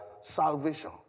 salvation